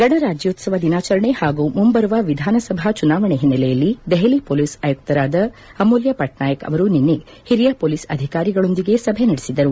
ಗಣ ರಾಜ್ಯೋತ್ಪವ ದಿನಾಚರಣೆ ಹಾಗೂ ಮುಂಬರುವ ವಿಧಾನಸಭಾ ಚುನಾವಣೆ ಹಿನ್ನೆಲೆಯಲ್ಲಿ ದೆಹಲಿ ಪೊಲೀಸ್ ಆಯುಕ್ತರಾದ ಅಮೂಲ್ಯ ಪಟ್ನಾಯಕ್ ಅವರು ನಿನ್ನೆ ಹಿರಿಯ ಪೊಲೀಸ್ ಅಧಿಕಾರಿಗಳೊಂದಿಗೆ ಸಭೆ ನಡೆಸಿದರು